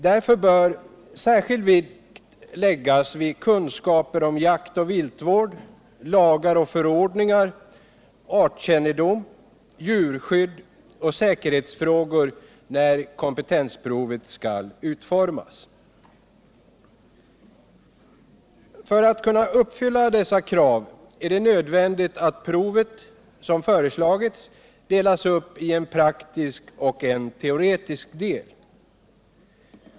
Därför bör när kompetensprovet skall utformas särskild vikt läggas vid kunskaper om jaktoch viltvård, lagar och förordningar, artkännedom, djurskydd och säkerhetsfrågor. För att kunna uppfylla dessa krav är det nödvändigt att provet, som också har föreslagits, delas upp i en praktisk och en teoretisk del.